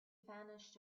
vanished